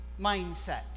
mindset